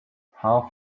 half